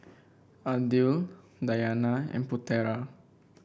Aidil Dayana and Putera